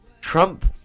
Trump